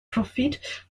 profit